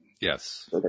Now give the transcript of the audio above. Yes